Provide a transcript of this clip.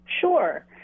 Sure